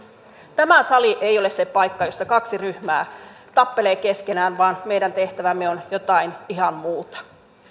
tämä sali ei ole se paikka jossa kaksi ryhmää tappelee keskenään vaan meidän tehtävämme on jotain ihan muuta